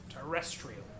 Terrestrial